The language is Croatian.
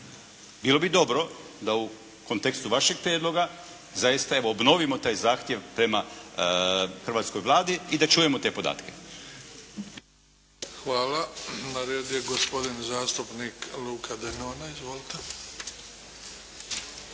Bilo bi dobro da u kontekstu vašeg prijedloga zaista evo obnovimo taj zahtjev prema hrvatskoj Vladi i da čujemo te podatke. **Bebić, Luka (HDZ)** Hvala. Na redu je gospodin zastupnik Luka Denona. Izvolite.